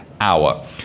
hour